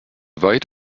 weit